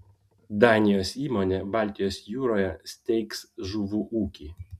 danijos įmonė baltijos jūroje steigs žuvų ūkį